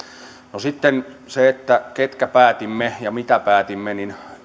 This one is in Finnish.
sitten se ketkä päätimme ja mitä päätimme